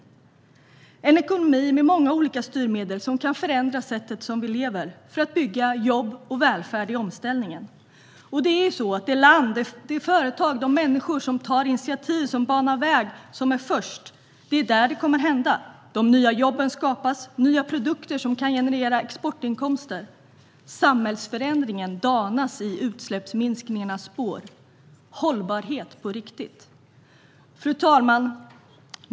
Det kommer att krävas en ekonomi med många olika styrmedel som kan förändra vårt sätt att leva för att bygga jobb och välfärd i omställningen. Det är i det land, hos de företag och bland de människor som tar initiativ och banar väg - som är först - det kommer att hända. De nya jobben skapas där, liksom nya produkter som kan generera exportinkomster. Samhällsförändringen danas i utsläppsminskningarnas spår. Det är hållbarhet på riktigt. Fru talman!